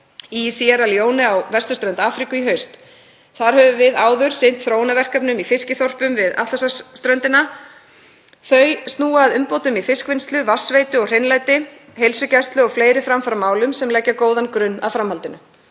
í Síerra Leóne á vesturströnd Afríku í haust. Þar höfum við áður sinnt þróunarverkefnum í fiskiþorpum við Atlantshafsströndina. Þau snúa að umbótum í fiskvinnslu, vatnsveitu og hreinlæti, heilsugæslu og fleiri framfaramálum sem leggja góðan grunn að framhaldinu.